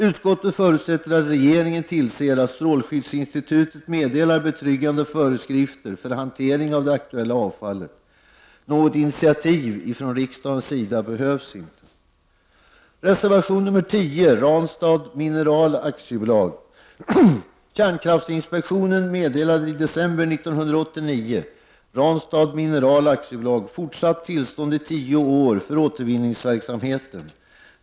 Utskottet förutsätter att regeringen tillser att strålskyddsinstitutet meddelar betryggande föreskrifter för hantering av det aktuella avfallet. Något initiativ från riksdagens sida behövs därför inte. I reservation nr 10 berörs Ranstad Mineral AB. Kärnkraftsinspektionen meddelade i december 1989 Ranstad Mineral AB fortsatt tillstånd i 10 år för återvinningsverksamheten.